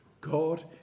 God